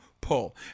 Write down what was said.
pull